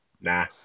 Nah